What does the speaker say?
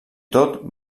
tot